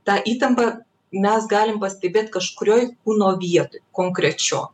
ta įtampą mes galim pastebėt kažkurioj kūno vietoj konkrečioj